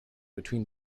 between